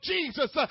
Jesus